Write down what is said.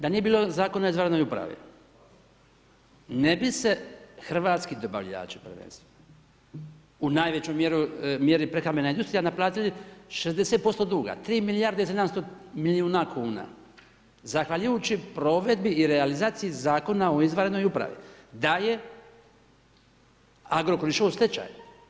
Da nije bilo Zakona o izvanrednoj upravi ne bi se hrvatski dobavljači prvenstveno u najvećoj mjeri prehrambena industrija naplatili 60% duga, 3 milijarde i 700 milijuna kuna, zahvaljujući provedbi i realizaciji Zakona o izvanrednoj pravi da je Agrokor išao u stečaj.